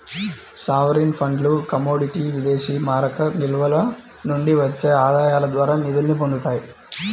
sovereign ఫండ్లు commodity విదేశీమారక నిల్వల నుండి వచ్చే ఆదాయాల ద్వారా నిధుల్ని పొందుతాయి